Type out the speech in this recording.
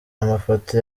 amafoto